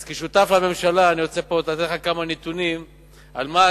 אז כשותף לממשלה אני רוצה לתת לך כמה נתונים על מה אתם,